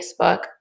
Facebook